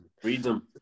freedom